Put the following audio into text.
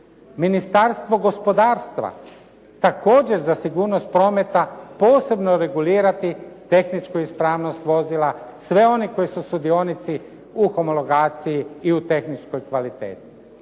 Ministarstvo gospodarstva također za sigurnost prometa posebno regulirati tehničku ispravnost vozila, sve one koji su sudionici u homologaciji i u tehničkoj kvaliteti.